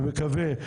מקווה,